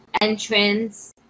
entrance